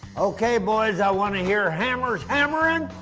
okay boys, i want to hear hammers hammering,